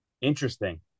Interesting